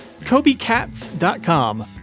KobeCats.com